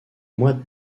mois